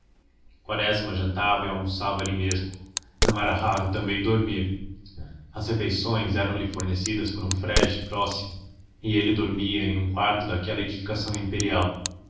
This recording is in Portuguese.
quaresma jantava e almoçava ali mesmo não era raro também dormir as refeições eram-lhe fornecidas por um frege próximo e ele dormia em um quarto daquela edificação imperial